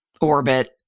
orbit